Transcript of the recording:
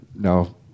No